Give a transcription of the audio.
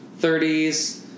30s